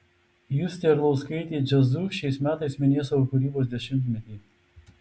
justė arlauskaitė jazzu šiais metais minės savo kūrybos dešimtmetį